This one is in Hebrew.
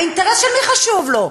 האינטרס של מי חשוב לו,